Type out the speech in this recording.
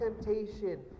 temptation